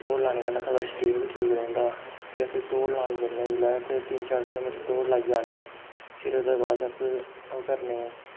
दौड़ लाने कन्नै साढ़ा शरीर बी ठीक रौंह्दा फ्ही अस दौड़ लान जन्नें जेल्लै ते तिन्न चार किलोमीटर दौड़ लाइयै औन्नें फिर ओह्दे बाद च अस ओह् करनें